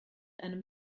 einem